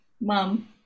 mom